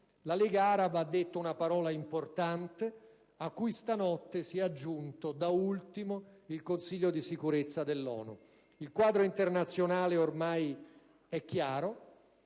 La Lega araba ha detto una parola importante a cui stanotte si è aggiunto, da ultimo, il Consiglio di sicurezza dell'ONU. Il quadro internazionale ormai è chiaro,